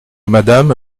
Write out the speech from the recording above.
madame